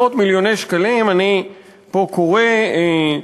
אני קורא פה